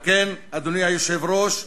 על כן, אדוני היושב-ראש,